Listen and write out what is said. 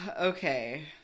Okay